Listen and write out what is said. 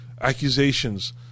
accusations